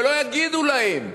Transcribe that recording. ולא יגידו להם: